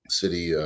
city